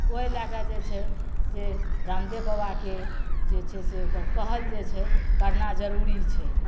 ओहि लैके जे छै से रामदेव बाबाके जे छै से ओकर कहल जे छै करना जरूरी छै